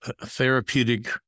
therapeutic